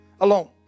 alone